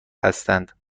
هستند